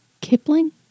Kipling